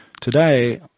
Today